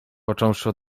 począwszy